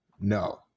No